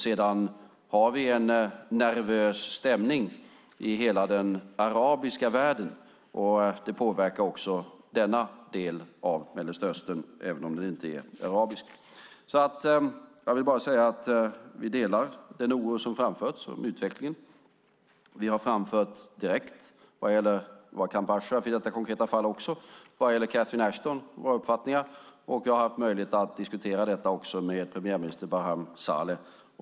Sedan har vi en nervös stämning i hela den arabiska världen. Det påverkar också denna del av Mellanöstern även om den inte är arabisk. Vi delar den oro som framförts om utvecklingen. Det har framförts direkt vad gäller Camp Ashraf i detta konkreta fall, och Catherine Ashton har framfört våra uppfattningar. Jag har också haft möjlighet att diskutera detta med premiärminister Barham Saleh.